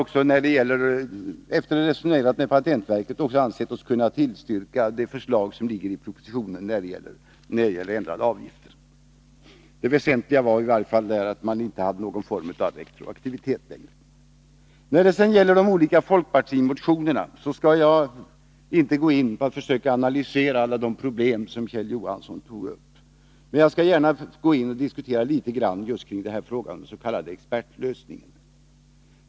Vi har efter resonemang med patentverket också ansett oss kunna tillstyrka förslagen i propositionen till ändrade avgifter. Det väsentliga var i varje fall att man inte hade tänkt någon form av retroaktivitet. När det sedan gäller de olika folkpartimotionerna skall jag inte gå in och analysera alla de problem som Kjell Johansson tog upp. Men jag skall gärna diskutera frågan om den s.k. expertlösningen.